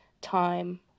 time